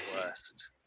worst